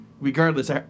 Regardless